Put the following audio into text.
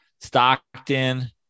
Stockton